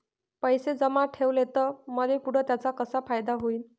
पैसे जमा ठेवले त मले पुढं त्याचा कसा फायदा होईन?